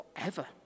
forever